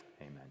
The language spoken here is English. Amen